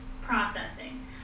processing